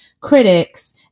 critics